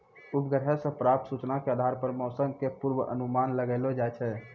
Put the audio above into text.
उपग्रह सॅ प्राप्त सूचना के आधार पर मौसम के पूर्वानुमान लगैलो जाय छै